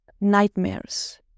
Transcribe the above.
nightmares